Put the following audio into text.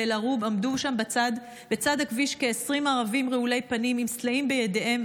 באל-ערוב עמדו בצד הכביש כ-20 ערבים רעולי פנים עם סלעים בידיהם,